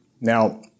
Now